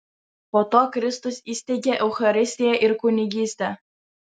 po to kristus įsteigė eucharistiją ir kunigystę